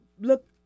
look